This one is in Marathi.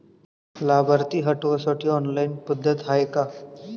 लाभार्थी हटवासाठी ऑनलाईन पद्धत हाय का?